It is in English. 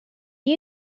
you